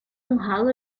mojado